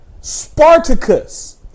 Spartacus